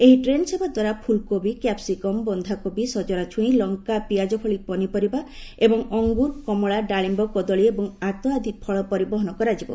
ଏହି ଟ୍ରେନ୍ ସେବାଦ୍ୱାରା ଫୁଲକୋବି କ୍ୟାପ୍ସିକମ୍ ବନ୍ଧାକୋବି ସଜନା ଛୁଇଁ ଲଙ୍କା ପିଆଜ ଭଳି ପନିପରିବା ଏବଂ ଅଙ୍ଗୁର କମଳା ଡାଳିୟ କଦଳୀ ଏବଂ ଆତ ଆଦି ଫଳ ପରିବହନ କରାଯିବ